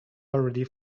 already